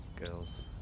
girls